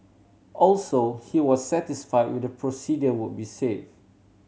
also he was satisfy with the procedure would be safe